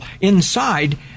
inside